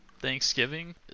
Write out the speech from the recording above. Thanksgiving